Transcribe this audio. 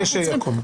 כשיקום.